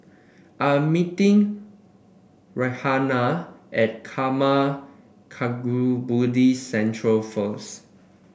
I'm meeting Rhianna at Karma Kagyud Buddhist Centre first